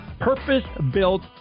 purpose-built